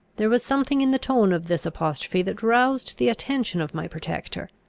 there was something in the tone of this apostrophe that roused the attention of my protector.